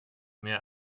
mehr